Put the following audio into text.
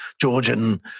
Georgian